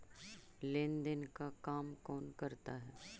लेन देन का काम कौन करता है?